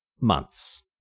months